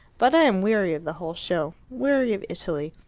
but i am weary of the whole show. weary of italy.